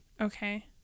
Okay